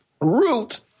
Root